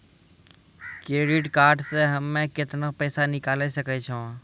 Credit card से हम्मे केतना पैसा निकाले सकै छौ?